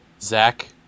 zach